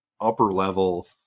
upper-level